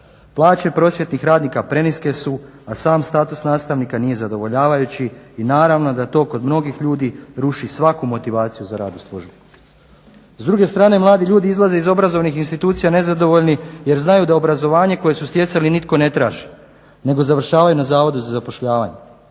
Plaće prosvjetnih radnika preniske su, a sam status nastavnika nije zadovoljavajući i naravno da to kod mnogih ljudi ruši svaku motivaciju za rad u službi. S druge strane mladi ljudi izlaze iz obrazovnih institucija nezadovoljni jer znaju da obrazovanje koje su stjecali nitko ne traži, nego završavaju na Zavodu za zapošljavanje.